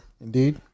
Indeed